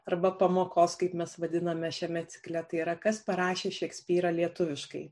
arba pamokos kaip mes vadiname šiame cikle tai yra kas parašė šekspyrą lietuviškai